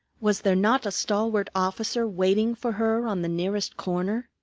was there not a stalwart officer waiting for her on the nearest corner?